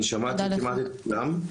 אני שמעתי כמעט את כולם.